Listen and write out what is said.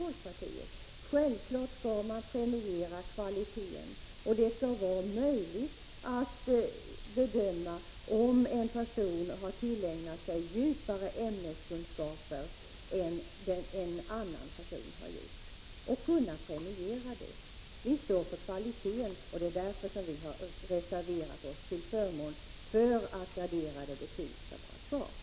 Naturligtvis skall man premiera kvaliteten, och det skall vara möjligt att bedöma om en person har tillägnat sig djupare ämneskunskaper än en annan person har gjort och kunna premiera det. Vi står för kvalitet. Det är därför vi har reserverat oss till förmån för att graderade betyg skall vara kvar.